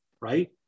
right